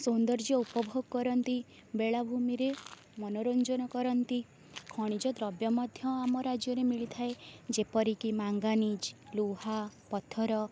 ସୌନ୍ଦର୍ଯ୍ୟ ଉପଭୋଗ କରନ୍ତି ବେଳାଭୂମିରେ ମନୋରଞ୍ଜନ କରନ୍ତି ଖଣିଜ୍ୟଦ୍ରବ୍ୟ ମଧ୍ୟ ଆମ ରାଜ୍ୟରେ ମିଳିଥାଏ ଯେପରିକି ମାଙ୍ଗାନିଜ ଲୁହ ପଥର